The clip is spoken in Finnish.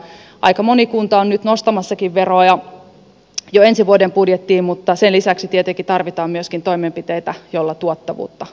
aika moni kunta on nyt nostamassakin veroa jo ensi vuoden budjettiin mutta sen lisäksi tietenkin tarvitaan myöskin toimenpiteitä joilla tuottavuutta parannetaan